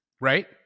Right